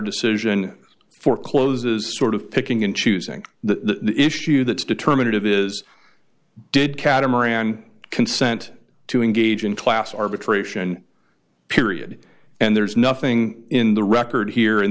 decision forecloses sort of picking and choosing the issue that's determinative is did catamaran consent to engage in class arbitration period and there's nothing in the record here